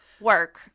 work